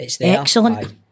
excellent